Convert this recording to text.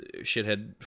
shithead